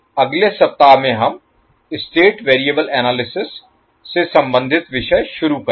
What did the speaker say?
अगले सप्ताह में हम स्टेट वेरिएबल एनालिसिस से संबंधित विषय शुरू करेंगे